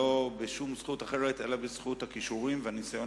לא בשום זכות אחרת אלא בזכות הכישורים והניסיון